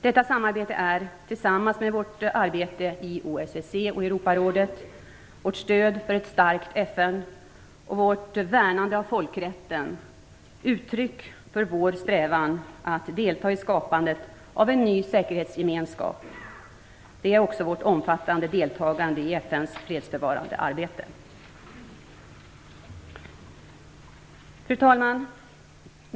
Detta samarbete är - tillsammans med vårt arbete i OSSE och Europarådet, vårt stöd för ett starkt FN och vårt värnande av folkrätten - uttryck för vår strävan att delta i skapandet av en ny säkerhetsgemenskap. Det är också vårt omfattande deltagande i FN:s fredsbevarande arbete. Fru talman!